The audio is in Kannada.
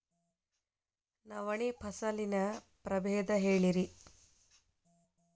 ನವಣಿ ಫಸಲಿನ ಪ್ರಭೇದ ಹೇಳಿರಿ